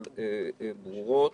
ברורות,